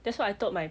that's what I told my